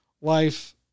life